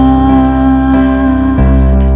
God